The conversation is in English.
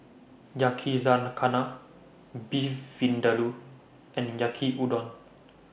Yakizakana Beef Vindaloo and Yaki Udon